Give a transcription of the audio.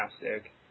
fantastic